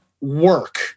work